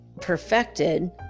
perfected